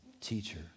teacher